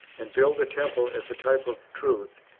and built the temple as the type of truth,